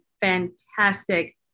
fantastic